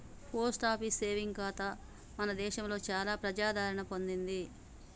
post office saving ఖాతా మన దేశంలో చాలా ప్రజాదరణ పొందింది